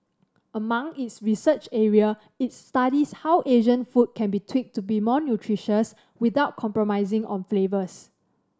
among its research area it studies how Asian food can be tweaked to be more nutritious without compromising on flavour